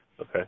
Okay